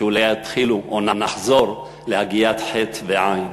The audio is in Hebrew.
אולי יתחילו או נחזור להגיית חי"ת ועי"ן.